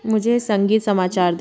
मुझे संगीत समाचार दें